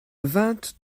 vingt